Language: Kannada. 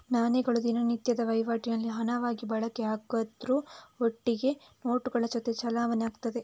ನಾಣ್ಯಗಳು ದಿನನಿತ್ಯದ ವೈವಾಟಿನಲ್ಲಿ ಹಣವಾಗಿ ಬಳಕೆ ಆಗುದ್ರ ಒಟ್ಟಿಗೆ ನೋಟುಗಳ ಜೊತೆ ಚಲಾವಣೆ ಆಗ್ತದೆ